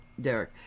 Derek